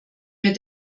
mir